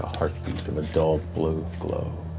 a heart beat of um a dull blue glow.